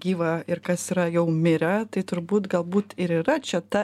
gyva ir kas yra jau mirę tai turbūt galbūt ir yra čia ta